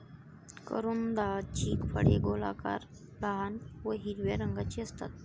करोंदाची फळे गोलाकार, लहान व हिरव्या रंगाची असतात